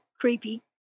creepy